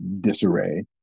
disarray